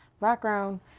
background